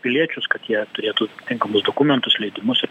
piliečius kad jie turėtų tinkamus dokumentus leidimus ir